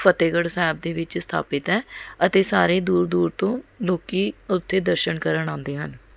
ਫਤਹਿਗੜ੍ਹ ਸਾਹਿਬ ਦੇ ਵਿੱਚ ਸਥਾਪਿਤ ਹੈ ਅਤੇ ਸਾਰੇ ਦੂਰ ਦੂਰ ਤੋਂ ਲੋਕ ਉੱਥੇ ਦਰਸ਼ਨ ਕਰਨ ਆਉਂਦੇ ਹਨ